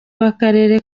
w’akarere